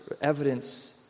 evidence